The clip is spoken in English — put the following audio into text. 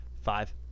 Five